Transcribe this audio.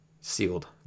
sealed